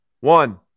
One